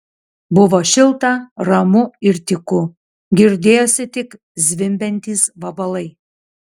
buvo šilta ramu ir tyku girdėjosi tik zvimbiantys vabalai